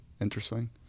interesting